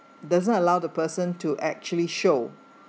doesn't allow the person to actually show